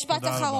תודה רבה.